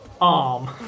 arm